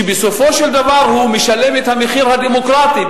ובסופו של דבר הוא משלם את המחיר הדמוקרטי,